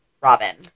Robin